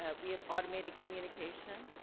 ah we have automated communication.